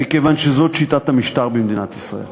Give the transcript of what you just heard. מכיוון שזאת שיטת המשטר במדינת ישראל.